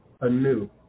anew